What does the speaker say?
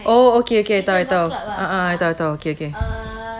oh okay okay tahu tahu a'ah tahu tahu okay okay